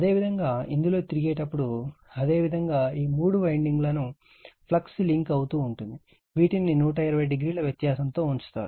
అదేవిధంగా ఇందులో తిరిగేటప్పుడు అదేవిధంగా ఈ మూడు వైండింగ్లను ఫ్లక్స్ లింక్ అవుతూ ఉంటుంది వీటిని 120o వ్యత్యాసంతో ఉంచుతారు